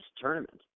tournament